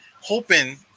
hoping